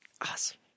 Awesome